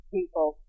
People